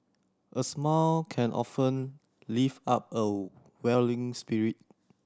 a smile can often lift up a weary spirit